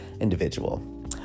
individual